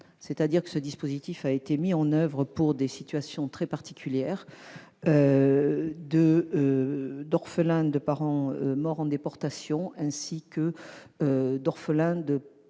nature du dispositif, lequel a été mis en oeuvre pour des situations très particulières d'orphelins de parents morts en déportation, ainsi que d'orphelins de parents